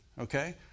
Okay